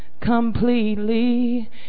completely